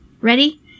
Ready